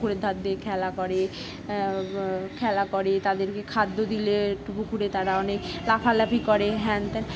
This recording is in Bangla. পুকুরের ধার দিয়ে খেলা করে খেলা করে তাদেরকে খাদ্য দিলে একটু পুকুরে তারা অনেক লাফালাফি করে হ্যান ত্যান